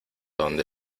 donde